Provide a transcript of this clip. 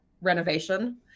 renovation